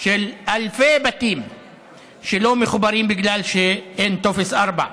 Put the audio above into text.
של אלפי בתים שלא מחוברים בגלל שאין טופס ארבע.